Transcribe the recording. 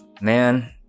man